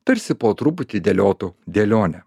tarsi po truputį dėliotų dėlionę